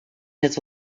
his